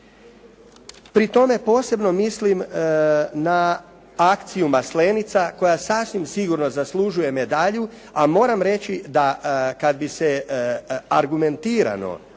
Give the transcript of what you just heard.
Pri tome posebno mislim na akciju Maslenica, koja sasvim sigurno zaslužuje medalju, a moram reći da kad bi se argumentirano,